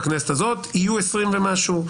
בכנסת הזאת יהיו 20 ומשהו.